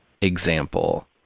example